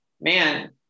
man